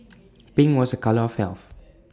pink was A colour of health